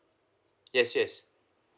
yes yes